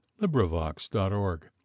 LibriVox.org